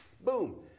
boom